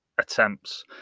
attempts